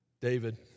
David